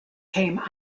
came